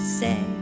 say